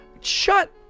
Shut